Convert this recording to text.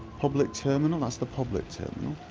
public terminal, that's the public terminal